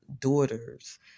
daughters